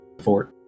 fort